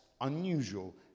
unusual